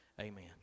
amen